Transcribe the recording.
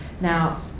Now